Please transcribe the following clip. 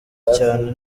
cyane